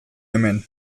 hemen